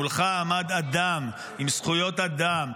מולך עמד אדם עם זכויות אדם,